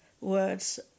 words